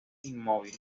inmóvil